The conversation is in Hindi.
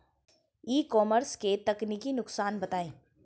ई कॉमर्स के तकनीकी नुकसान बताएं?